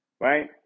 right